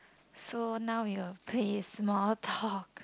so now we'll play small talk